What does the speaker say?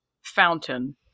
fountain